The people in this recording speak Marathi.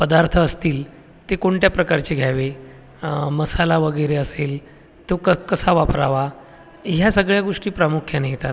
पदार्थ असतील ते कोणत्या प्रकारचे घ्यावे मसाला वगैरे असेल तो क कसा वापरावा ह्या सगळ्या गोष्टी प्रामुख्याने येतात